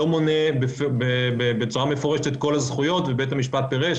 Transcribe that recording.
לא מונה בצורה מפורשת את כל הזכויות ובית המשפט פירש,